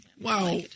Wow